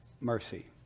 mercy